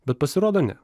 bet pasirodo ne